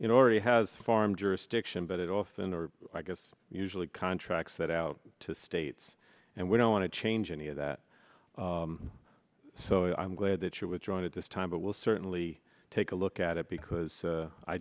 know already has farm jurisdiction but it often or i guess usually contracts that out to states and we don't want to change any of that so i'm glad that you're withdrawing at this time but we'll certainly take a look at it because